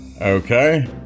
Okay